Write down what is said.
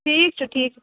ٹھیٖک چھُ ٹھیٖک